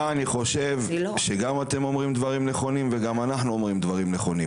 אני חושב שגם אתם אומרים דברים נכונים וגם אנחנו אומרים דברים נכונים.